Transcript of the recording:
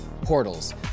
portals